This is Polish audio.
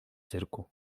cyrku